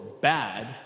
bad